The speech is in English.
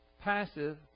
passive